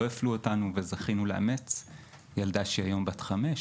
לא הפלו אותנו וזכינו לאמץ ילדה שהיא היום בת חמש.